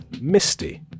Misty